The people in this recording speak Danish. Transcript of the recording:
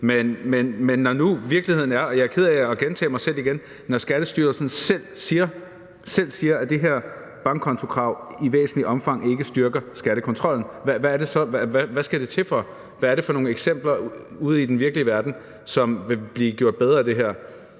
Men når nu virkeligheden er sådan – og jeg er ked af at gentage mig selv – at Skattestyrelsen selv siger, at det her bankkontokrav i væsentligt omfang ikke styrker skattekontrollen, hvad skal det så til for? Hvad er det for nogle eksempler ude i den virkelige verden, som vil blive gjort bedre af det her?